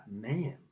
man